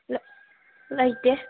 ꯂꯩꯇꯦ